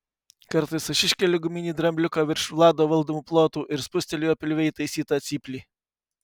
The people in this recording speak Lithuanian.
kartais aš iškeliu guminį drambliuką virš vlado valdomų plotų ir spusteliu jo pilve įtaisytą cyplį